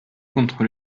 contre